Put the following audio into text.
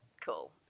Cool